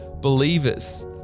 believers